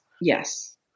Yes